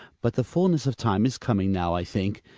but the fullness of time is coming now. i think.